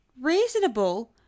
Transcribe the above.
Reasonable